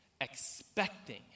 expecting